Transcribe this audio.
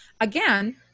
again